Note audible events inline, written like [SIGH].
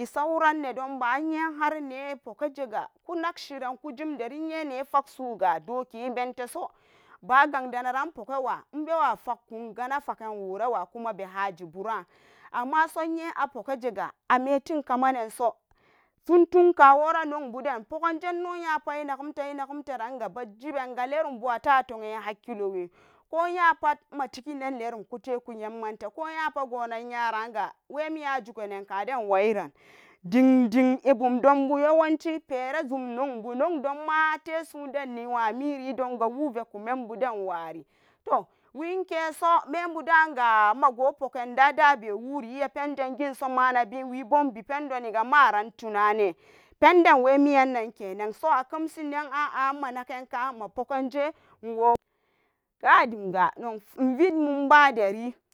isau saran nedom ba har yen nedomba ibukajega wefak so ga adok pente so kpa bewa fackun worawa amma iyen ameten kamanan so karan inangutega inagutega lerumbu ala tunyen koh nyapat inon lerum kute koh napat gun nedomnuyara nga zugane kaden wayinyan dindin yawanci non donma wami ri menbuden wari toh membu dan ga gubugen iyapen zangenso mana ben maran tunan ne penden wemi yanga kemshen nagan ka. [UNINTELLIGIBLE]